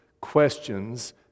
questions